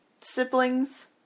siblings